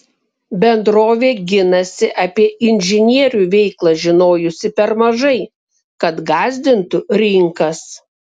bendrovė ginasi apie inžinierių veiklą žinojusi per mažai kad gąsdintų rinkas